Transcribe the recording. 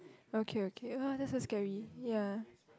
okay okay !wah! that's so scary ya